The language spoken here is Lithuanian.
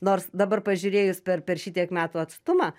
nors dabar pažiūrėjus per per šitiek metų atstumą